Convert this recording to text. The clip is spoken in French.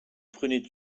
prenais